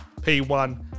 P1